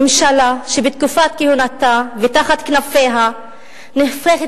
ממשלה שבתקופת כהונתה ותחת כנפיה נהפכת